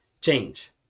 change